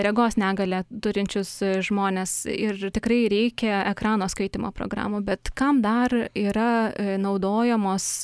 regos negalią turinčius žmones ir tikrai reikia ekrano skaitymo programų bet kam dar yra naudojamos